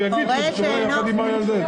הוא יגיד שהוא שוהה יחד עם ילדו.